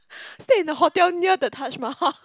stay in a hotel near the Taj-Mahal